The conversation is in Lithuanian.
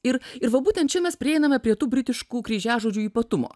ir ir va būtent čia mes prieiname prie tų britiškų kryžiažodžių ypatumo